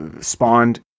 spawned